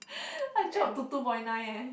I drop to two point nine eh